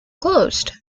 closed